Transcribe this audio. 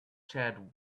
chad